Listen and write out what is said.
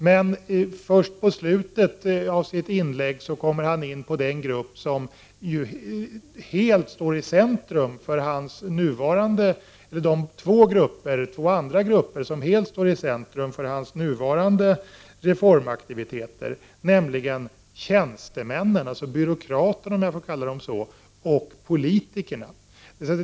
Men först i slutet av sitt inlägg kommer han in på de två andra grupper som helt står i centrum för hans nuvarande reformaktiviteter, nämligen tjänstemännen — byråkraterna, om jag för kalla dem så — och politikerna.